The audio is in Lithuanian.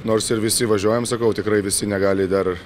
nors ir visi važiuojam sakau tikrai visi negali dar